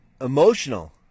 emotional